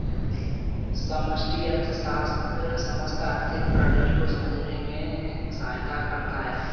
समष्टि अर्थशास्त्र समस्त आर्थिक प्रणाली को समझने में सहायता करता है